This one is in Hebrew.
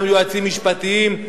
גם יועצים משפטיים,